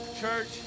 Church